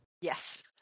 Yes